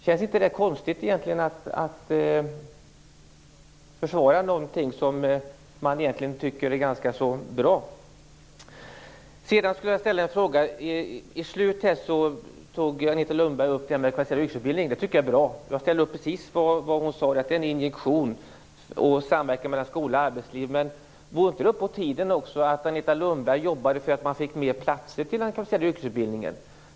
Känns det inte konstigt att försvåra någonting som man egentligen tycker är ganska bra? Min andra fråga gäller följande: I slutet av sitt anförande tog Agneta Lundberg upp frågan om kvalificerad yrkesutbildning. Det tycker jag är bra. Jag ställer upp på precis det hon sade om att den är en injektion och det hon sade om samverkan mellan skola och arbetsliv. Men vore det då inte också på tiden att Agneta Lundberg jobbade för att man kunde få fler platser till den kvalificerade yrkesutbildningen?